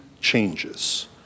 changes